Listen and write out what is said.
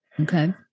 Okay